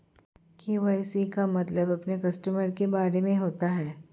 KYC का मतलब अपने कस्टमर के बारे में होता है